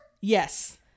Yes